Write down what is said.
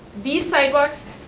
these sidewalks